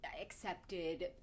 accepted